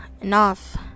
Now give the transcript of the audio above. enough